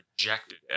rejected